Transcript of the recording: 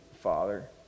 Father